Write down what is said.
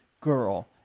girl